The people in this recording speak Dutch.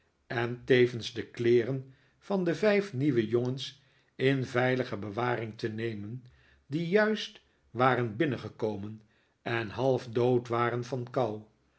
en tevens de kleeren van de vijf nieuwe jongens in veilige bewaring te nemen die juist waren binnengekomen en half dood waren van